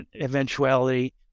eventuality